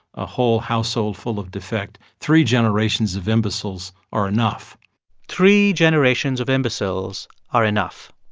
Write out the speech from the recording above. a whole household full of defect. three generations of imbeciles are enough three generations of imbeciles are enough.